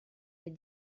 des